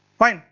fine,